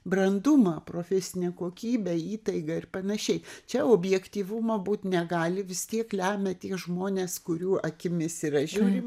brandumą profesinę kokybę įtaigą ir panašiai čia objektyvumo būt negali vis tiek lemia tie žmonės kurių akimis yra žiūrima